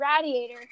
radiator